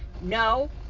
No